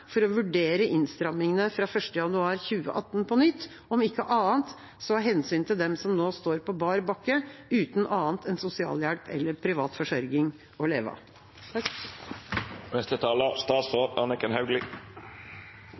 for å vurdere innstrammingene fra 1. januar 2018 på nytt, om ikke annet av hensyn til dem som nå står på bar bakke, uten annet enn sosialhjelp eller privat forsørging å leve